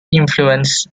influence